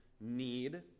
need